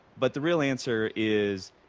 but the real answer is,